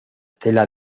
estela